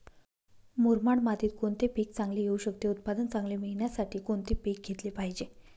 मुरमाड मातीत कोणते पीक चांगले येऊ शकते? उत्पादन चांगले मिळण्यासाठी कोणते पीक घेतले पाहिजे?